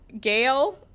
Gail